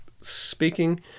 speaking